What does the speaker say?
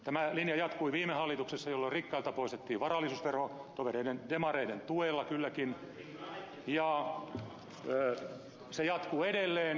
tämä linja jatkui viime hallituksessa jolloin rikkailta poistettiin varallisuusvero tovereiden demareiden tuella kylläkin ja se jatkuu edelleen